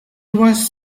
wants